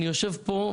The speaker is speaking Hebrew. אני יושב פה,